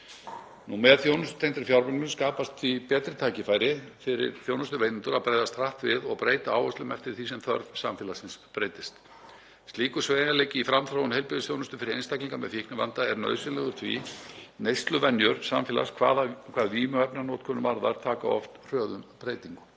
Með þjónustutengdri fjármögnun skapast því betri tækifæri fyrir þjónustuveitendur að bregðast hratt við og breyta áherslum eftir því sem þörf samfélagsins breytist. Slíkur sveigjanleiki í framþróun heilbrigðisþjónustu fyrir einstaklinga með fíknivanda er nauðsynlegur því að neysluvenjur samfélags hvað vímuefnanotkun varðar taka oft hröðum breytingum.